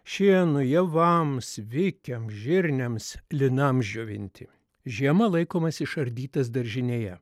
šienui javams vikiams žirniams linams džiovinti žiemą laikomas išardytas daržinėje